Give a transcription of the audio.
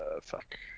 Fuck